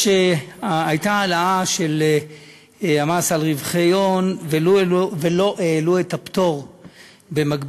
הייתה העלאה של המס על רווחי הון ולא העלו את הפטור במקביל,